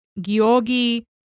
Georgi